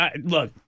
look